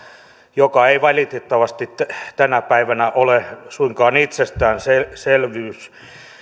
joka ei valitettavasti tänä päivänä ole suinkaan itsestäänselvyys